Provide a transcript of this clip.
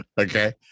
Okay